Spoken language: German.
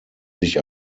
sich